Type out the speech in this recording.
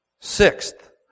Sixth